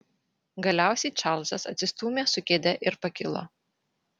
galiausiai čarlzas atsistūmė su kėde ir pakilo